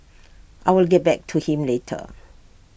I will get back to him later